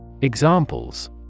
Examples